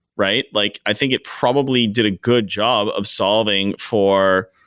right? like i think it probably did a good job of solving for,